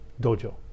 dojo